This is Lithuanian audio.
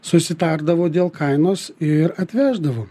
susitardavo dėl kainos ir atveždavo